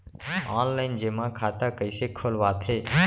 Online जेमा खाता कइसे खोलवाथे?